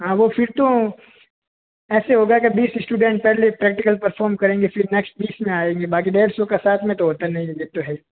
हाँ वो फिर तो ऐसे होगा कि बीस स्टूडेंट पहले प्रैक्टिकल परफॉर्म करेंगे फिर नेक्स्ट बीस में आएंगे बाक़ि डेढ़ सौ का साथ में तो होता नहीं है ये तो है ही